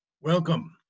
Welcome